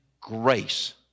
grace